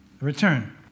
Return